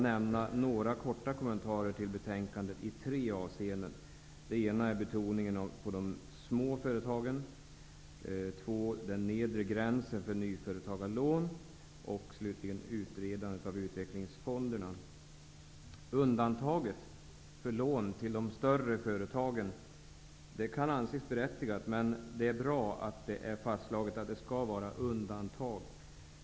Så helt kort några kommentarer till betänkandet i tre avseenden: För det första gäller det betoningen på de små företagen. För det andra gäller det den nedre gränsen för nyföretagarlån. För det tredje gäller det utredandet av utvecklingsfonderna. Undantaget för lån till större företag kan anses berättigat. Men det är bra att det är fastslaget att detta skall vara just ett undantag.